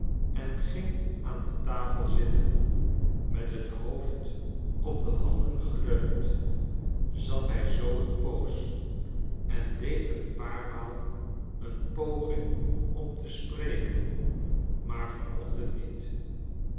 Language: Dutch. en ging aan de tafel zitten met het hoofd op de handen geleund zat hij zoo een poos en deed een paar maal een poging om te spreken maar vermocht het niet